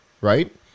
right